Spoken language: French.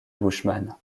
bushman